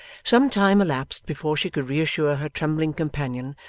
some time elapsed before she could reassure her trembling companion,